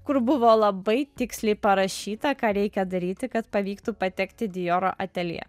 kur buvo labai tiksliai parašyta ką reikia daryti kad pavyktų patekti į dioro ateljė